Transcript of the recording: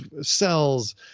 cells